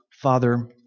Father